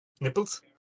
Nipples